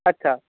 আচ্ছা